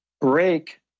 break